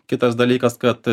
kitas dalykas kad